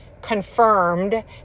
confirmed